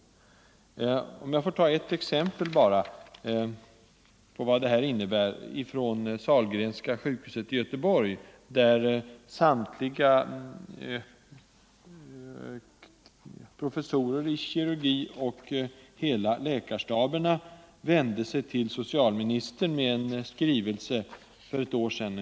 Låt mig ta ett enda exempel på vad det här innebär. Det är från Sahlgrenska sjukhuset i Göteborg, där samtliga professorer i kirurgi och hela läkarstaben vände sig till socialministern med en skrivelse för ungefär ett år sedan.